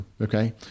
Okay